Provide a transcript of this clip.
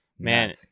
Man